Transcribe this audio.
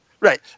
Right